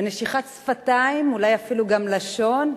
ונשיכת שפתיים, אולי אפילו גם לשון.